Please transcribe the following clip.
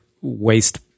waste